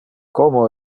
como